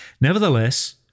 Nevertheless